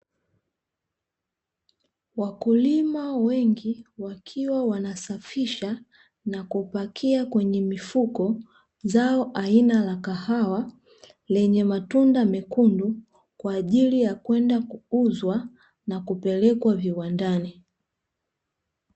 Wakulima wengi wakiwa wanasafisha na kupakia kwenye mifuko zao aina la kahawa lenye matunda mekundu, kwa ajili ya kwenda kuuzwa na kupelekwa viwandani.